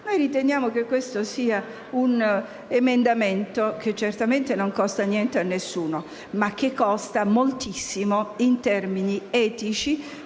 Noi riteniamo che questo sia un emendamento che certamente non costa niente a nessuno, ma che costa moltissimo in termini etici,